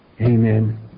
Amen